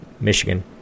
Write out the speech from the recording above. Michigan